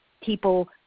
people